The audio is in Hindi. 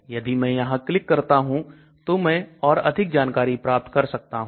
यदि मैं यहां क्लिक करता हूं तो मैं और अधिक जानकारी प्राप्त कर सकता हूं